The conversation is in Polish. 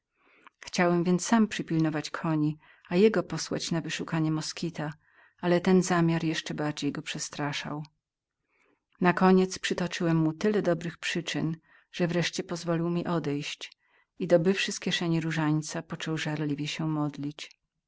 chciałem więc sam przypilnować koni a jego posłać na wyszukanie moskita ale ten zamiar jeszcze bardziej go przestraszał nakoniec przytoczyłem mu tyle dobrych przyczyn że wreszcie pozwolił mi odejść i dobywszy z kieszeni różańca począł żarliwie się modlić